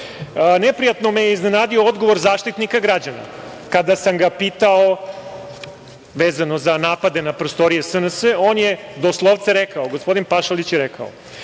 neprijatno me je iznenadio odgovor Zaštitnika građana kada sam ga pitao, vezano za napade prostorija SNS, doslovce je gospodin Pašalić rekao